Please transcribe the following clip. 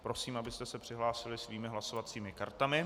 Prosím, abyste se přihlásili svými hlasovacími kartami.